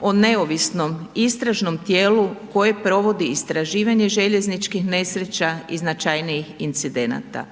o neovisnom istražnom tijelu koje provodi istraživanje željezničkih nesreća i značajnijih incidenata.